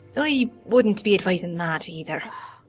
yeah yeah wouldn't be advisin' that either.